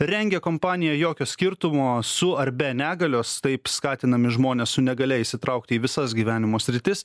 rengia kompaniją jokio skirtumo su ar be negalios taip skatinami žmonės su negalia įsitraukti į visas gyvenimo sritis